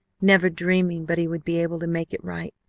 never dreaming but he would be able to make it right.